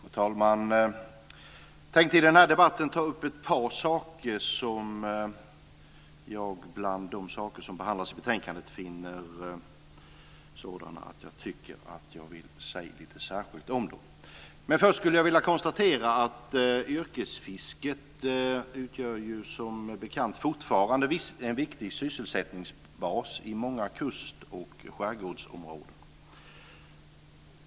Fru talman! Jag tänkte i den här debatten ta upp ett par saker i betänkandet som jag tycker att det finns skäl att särskilt ta upp. Men först konstaterar jag att yrkesfisket, som bekant, fortfarande utgör en viktig sysselsättningsbas i många kust och skärgårdsområden.